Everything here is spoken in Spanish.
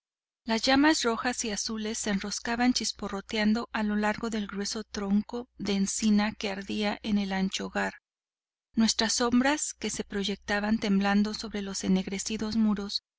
las llamas rojas y azules se enroscaban chisporroteando a lo largo del grueso tronco de encina que ardía en el ancho hogar nuestras sombras que se proyectaban temblando sobre los ennegrecidos muros